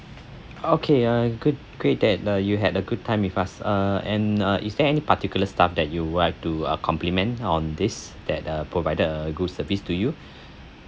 okay uh good great that uh you had a good time with us uh and uh is there any particular staff that you would like to uh compliment on this that uh provided a good service to you